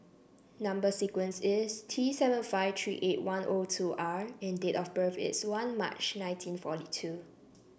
number sequence is T seven five three eight one O two R and date of birth is one March nineteen forty two